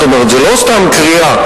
זאת אומרת זו לא סתם קריאה,